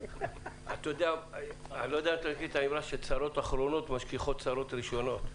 אני לא יודע אם אתה מכיר את האמרה שצרות אחרונות משכיחות צרות ראשונות.